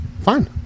Fine